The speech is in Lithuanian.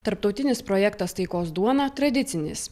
tarptautinis projektas taikos duona tradicinis